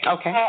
Okay